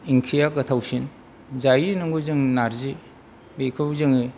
ओंख्रिया गोथावसिन जायो नंगौ जों नारजि बेखौ जोङो